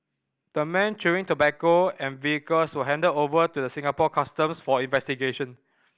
the men chewing tobacco and vehicles were handed over to the Singapore Customs for investigation